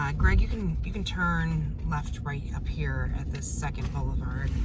um greg, you can you can turn left right up here at this second boulevard.